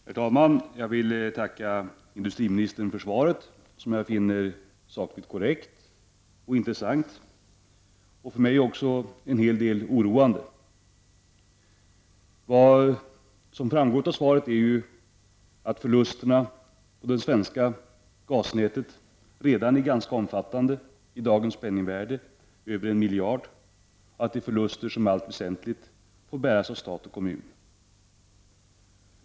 Herr talman! Jag vill tacka industriministern för svaret, vilket jag finner sakligt korrekt och intressant, men också oroande. Det framgår av svaret att förlusterna på det svenska gasnätet redan är ganska omfattande —i dagens penningvärde över 1 miljard, och det är förluster som i allt väsentligt får bäras av stat och kommun.